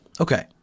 Okay